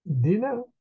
dinner